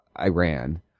Iran